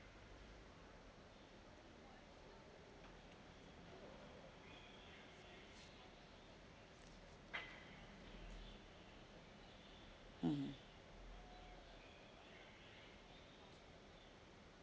mm